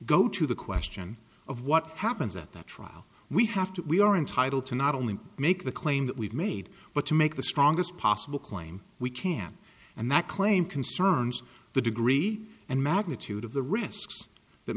go to the question of what happens at the trial we have to we are entitled to not only make the claim that we've made but to make the strongest possible claim we can and that claim concerns the degree and magnitude of the risks that